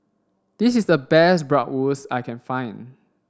this is the best Bratwurst I can find